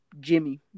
Jimmy